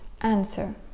answer